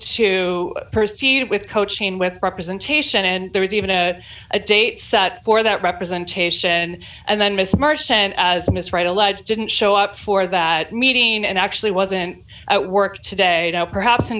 to proceed with coaching with representation and there was even a a date set for that representation and then miss marsham as miss right alleged didn't show up for that meeting and actually wasn't at work today perhaps in